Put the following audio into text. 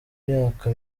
imyaka